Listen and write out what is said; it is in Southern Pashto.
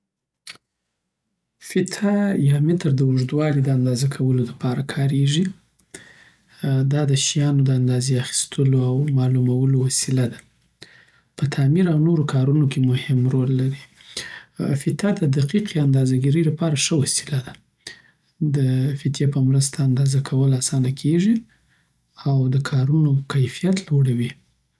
د فیتې یا متر د اوږدوالي د اندازه کولو د پاره کارېږي. دا د شیانو د اندازی اخیستلو او معلومولو وسیله ده. په تعمیر او نورو کارونو کې مهم ورل لری. فیته د دقیقې اندازه ګیری لپاره ښه وسیله ده. د فیتی په مرسته اندازه کول اسانه کېږي او د کارونو کیفیت لوړوي.